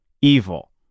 evil